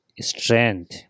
strength